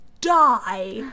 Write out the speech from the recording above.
die